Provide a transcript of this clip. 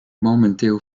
momenteel